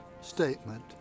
statement